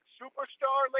superstar